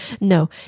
No